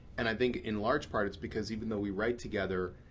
and i think in large part it's because even though we write together,